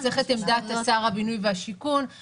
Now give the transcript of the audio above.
צריך את עמדת שר הבינוי והשיכון,